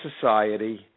society